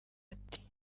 ati